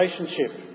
relationship